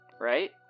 right